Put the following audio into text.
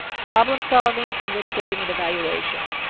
problem solving, and reporting an evaluation.